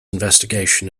investigation